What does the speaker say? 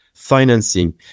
Financing